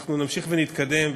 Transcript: אנחנו נמשיך ונתקדם,